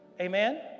Amen